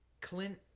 Clint